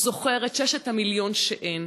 הוא זוכר את ששת המיליון שאין.